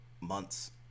months